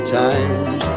times